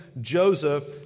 Joseph